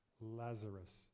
Lazarus